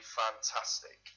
fantastic